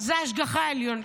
זה השגחה עליונה.